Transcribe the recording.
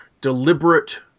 deliberate